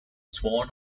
sworn